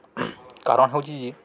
କାରଣ ହେଉଛି ଯେ